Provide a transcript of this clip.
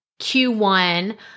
Q1